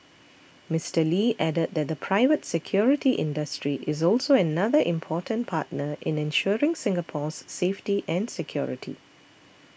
Mister Lee added that the private security industry is also another important partner in ensuring Singapore's safety and security